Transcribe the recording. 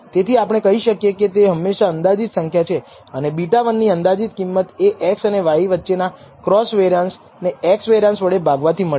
તેથી આપણે કહી શકીએ કે તે હંમેશા અંદાજીત સંખ્યા છે અને β1 ની અંદાજિત કિંમત એ x અને y વચ્ચેના ક્રોસ કોવેરીયાંસ ને x ના વેરીયાંસ વડે ભાગવાથી મળે છે